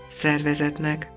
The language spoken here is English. szervezetnek